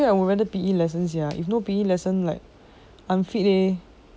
actually I would rather P_E lesson sia if no P_E lesson like unfit leh